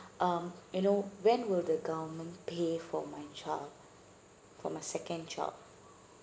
um you know when will the government pay for my child for my second child